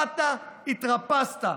באת, התרפסת.